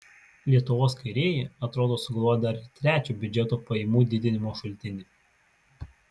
lietuvos kairieji atrodo sugalvojo dar ir trečią biudžeto pajamų didinimo šaltinį